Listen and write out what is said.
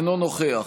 אינו נוכח